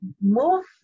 move